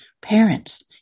parents